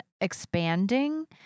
expanding